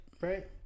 Right